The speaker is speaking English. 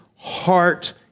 Heart